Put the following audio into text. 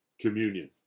communion